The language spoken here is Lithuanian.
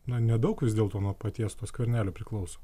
na nedaug vis dėlto nuo paties skvernelio priklauso